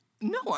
No